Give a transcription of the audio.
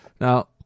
now